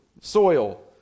soil